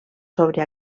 sobre